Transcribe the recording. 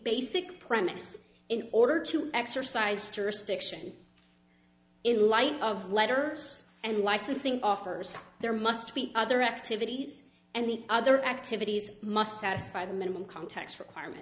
basic premise in order to exercise to restriction in light of letters and licensing offers there must be other activities and the other activities must satisfy the minimum context requirement